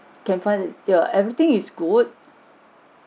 can find (yeah) everything is good